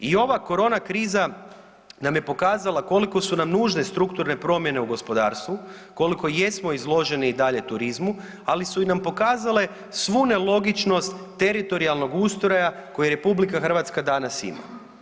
I ova korona kriza nam je pokazala koliko su nam nužne strukturne promijene u gospodarstvu, koliko jesmo izloženi i dalje turizmu, ali su i nam pokazale svu nelogičnost teritorijalnog ustroja koji RH danas ima.